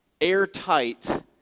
airtight